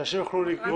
אנשים יוכלו לקרוא.